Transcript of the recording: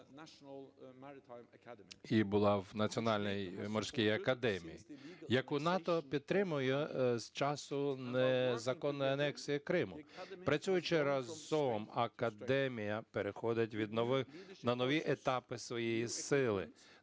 і була в Національній морській академії, яку НАТО підтримує з часу незаконної анексії Криму. Працюючи разом, академія переходить на нові етапи своєї сили.